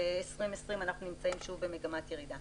ו-2020 אנחנו נמצאים שוב במגמת ירידה.